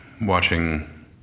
watching